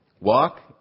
Walk